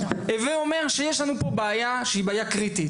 הווה אומר שיש לנו פה בעיה קריטית.